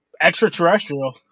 Extraterrestrial